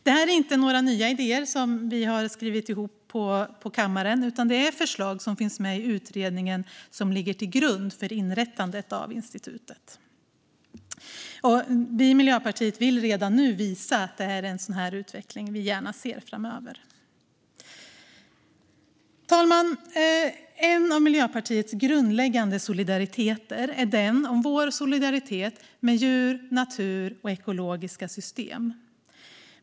Detta är inga nya idéer som vi har skrivit ihop på kammaren, utan det är förslag som finns med i utredningen som ligger till grund för inrättandet av institutet. Vi i Miljöpartiet vill redan nu visa att det är en sådan här utveckling vi gärna ser framöver. Fru talman! En av Miljöpartiets grundläggande solidaritetsidéer är den om vår solidaritet med djur, natur och ekologiska system.